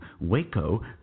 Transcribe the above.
Waco